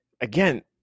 again